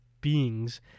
beings